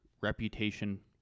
reputation